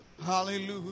Hallelujah